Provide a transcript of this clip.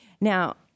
Now